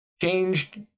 changed